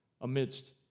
amidst